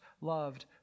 loved